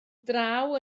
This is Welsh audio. draw